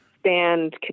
Stand